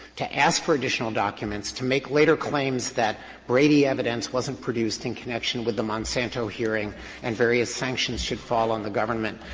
to ask for additional documents, to make later claims that brady evidence wasn't produced in connection with the monsanto hearing and various sanctions should fall on the government.